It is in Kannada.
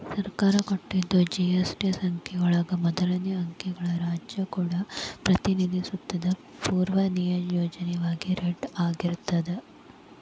ಸರ್ಕಾರ ಕೊಟ್ಟಿದ್ ಜಿ.ಎಸ್.ಟಿ ಸಂಖ್ಯೆ ಒಳಗ ಮೊದಲನೇ ಅಂಕಿಗಳು ರಾಜ್ಯ ಕೋಡ್ ಪ್ರತಿನಿಧಿಸುತ್ತದ ಪೂರ್ವನಿಯೋಜಿತವಾಗಿ ಝೆಡ್ ಆಗಿರ್ತದ